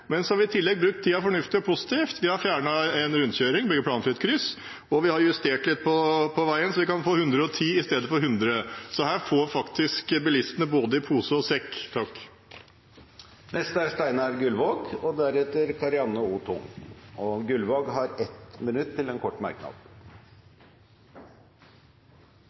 men så har vi i tillegg brukt tiden fornuftig og positivt. Vi har fjernet en rundkjøring og bygger planfritt kryss, og vi har justert litt på veien så vi kan få 110 km/t i stedet for 100. Så her får bilistene både i pose og sekk. Representanten Steinar Gullvåg har hatt ordet to ganger tidligere og får ordet til en kort merknad,